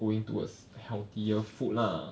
going towards healthier food lah